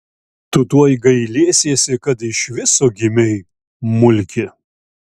tu tuoj gailėsiesi kad iš viso gimei mulki